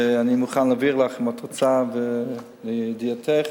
ואני מוכן להעביר לך אותה, אם את רוצה, לידיעתך.